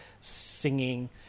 singing